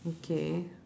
okay